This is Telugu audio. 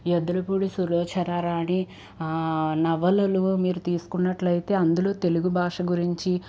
ఎద్దులపూడి సురేశర రాణి నవలలు మీరు తీసుకున్నట్లయితే అందులో తెలుగు భాష గురించి